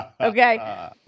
Okay